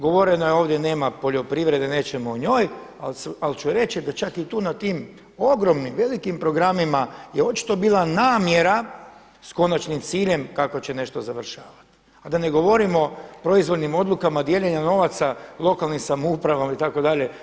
Govoreno je ovdje nema poljoprivrede, nećemo o njoj ali ću reći da čak i tu na tim ogromnim, velikim programima je očito bila namjera s konačnim ciljem kako će nešto završavati, a da ne govorimo o proizvoljnim odlukama dijeljena novaca lokalnim samoupravama itd.